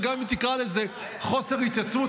וגם אם תקרא לזה חוסר התייצבות,